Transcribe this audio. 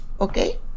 okay